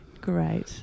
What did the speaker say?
Great